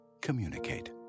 Communicate